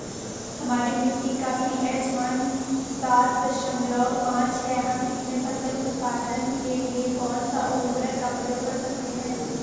हमारी मिट्टी का पी.एच मान सात दशमलव पांच है हम इसमें फसल उत्पादन के लिए कौन से उर्वरक का प्रयोग कर सकते हैं?